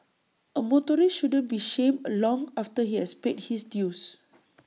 A motorist shouldn't be shamed long after he has paid his dues